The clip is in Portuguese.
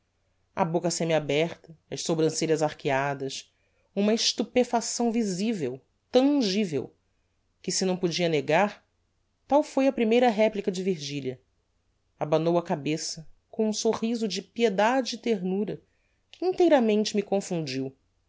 a boca semi aberta as sobrancelhas arqueadas uma estupefacção visivel tangivel que senão podia negar tal foi a primeira replica de virgilia abanou a cabeça com um sorriso de piedade e ternura que inteiramente me confundiu